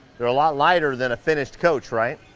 they're a lot lighter than a finished coach, right?